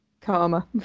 karma